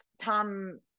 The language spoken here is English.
Tom